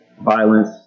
violence